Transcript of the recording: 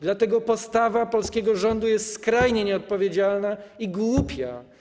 Dlatego postawa polskiego rządu jest skrajnie nieodpowiedzialna i głupia.